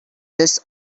this